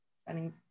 spending